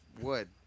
wood